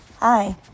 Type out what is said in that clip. Hi